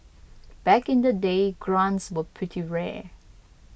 back in the day grants were pretty rare